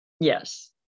Yes